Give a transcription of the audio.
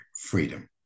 freedom